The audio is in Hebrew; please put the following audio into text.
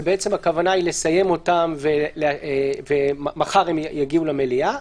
והכוונה היא לסיים אותם ומחר הם יגיעו למליאה.